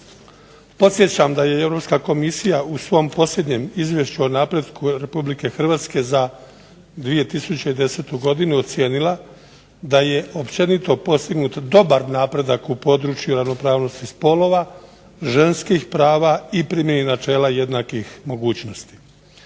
Podsjećam da je Europska komisija u svom posljednjem izvješću o napretku RH za 2010. godinu ocijenila da je općenito postignut dobar napredak u području ravnopravnosti spolova, ženskih prava i primjeni načela jednakih mogućnosti.